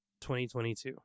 2022